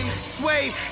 Suede